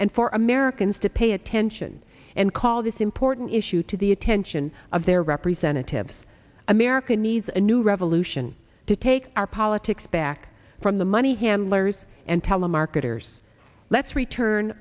and for americans to pay attention and call this important issue to the attention of their representatives america needs a new revolution to take our politics back from the money handlers and telemarketers let's return